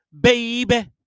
Baby